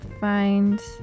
find